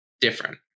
different